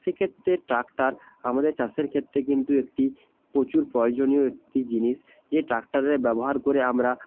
সে ক্ষেত্রে টাক্টার আমাদের চাষের ক্ষেত্রে কিন্তু একটি প্রচুর প্রয়োজনীয় একটি জিনিস যে ট্রাক্টারের ব্যবহার করে আমরা